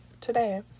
Today